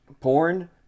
porn